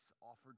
offered